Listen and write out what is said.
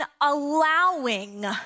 allowing